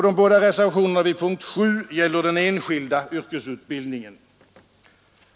De båda reservationerna vid punkt 7 gäller den enskilda yrkesutbildningen.